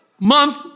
Month